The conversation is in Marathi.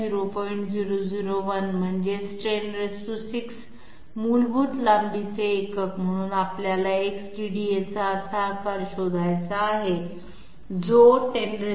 001 म्हणजे 106 मूलभूत लांबीचे एकक म्हणून आपल्याला X DDA चा असा आकार शोधायचा आहे जो 106